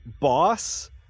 boss